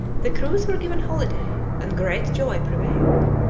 the crews were given holiday, and great joy prevailed.